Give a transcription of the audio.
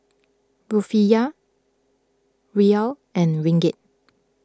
Rufiyaa Riyal and Ringgit